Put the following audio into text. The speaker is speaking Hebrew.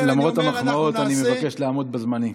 למרות המחמאות, אני מבקש לעמוד בזמנים.